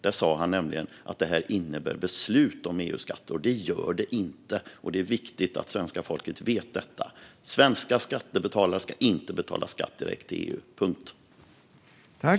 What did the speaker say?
Där sa han nämligen att detta innebär beslut om EU-skatter, och det gör det inte. Det är viktigt att svenska folket vet detta. Svenska skattebetalare ska inte betala skatt direkt till EU - punkt.